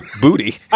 booty